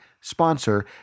sponsor